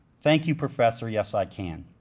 thank you, professor, yes i can.